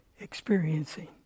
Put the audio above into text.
experiencing